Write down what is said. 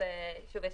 זה